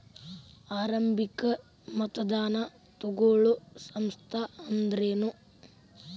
ಆರಂಭಿಕ್ ಮತದಾನಾ ತಗೋಳೋ ಸಂಸ್ಥಾ ಅಂದ್ರೇನು?